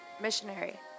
Missionary